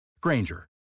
Granger